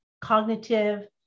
cognitive